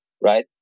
right